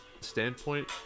standpoint